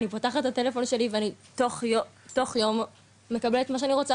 אני פותחת את הטלפון שלי ואני תוך יום מקבלת מה שאני רוצה,